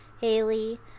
Haley